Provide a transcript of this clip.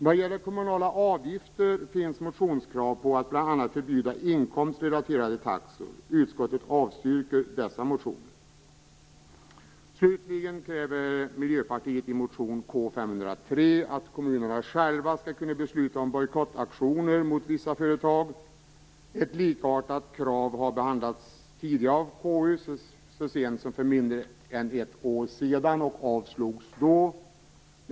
Vad gäller kommunala avgifter finns motionskrav på att bl.a. förbjuda inkomstrelaterade taxor. Utskottet avstyrker dessa motioner. Slutligen kräver Miljöpartiet i motion K503 att kommunerna själva skall kunna besluta om bojkottaktioner mot vissa företag. Ett likartat krav har behandlats tidigare av KU, så sent som mindre än ett år sedan och avstyrktes då.